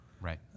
right